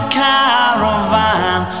caravan